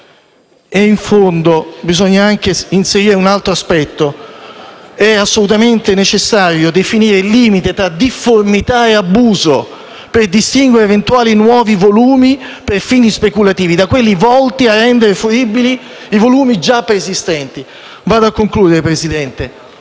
e, in fondo, bisogna anche inserire un altro aspetto: è assolutamente necessario definire il limite tra difformità e abuso, per distinguere eventuali nuovi volumi per fini speculativi da quelli volti a rendere fruibili i volumi preesistenti. Vado a concludere, signor Presidente.